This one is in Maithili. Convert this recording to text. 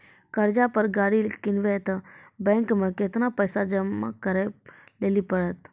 कर्जा पर गाड़ी किनबै तऽ बैंक मे केतना पैसा जमा करे लेली पड़त?